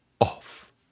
off